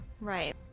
Right